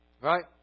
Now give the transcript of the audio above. right